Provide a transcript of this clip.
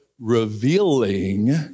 revealing